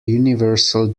universal